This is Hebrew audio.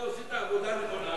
אתה עושה את העבודה הנכונה,